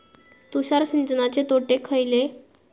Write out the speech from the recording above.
तुषार सिंचनाचे तोटे खयले?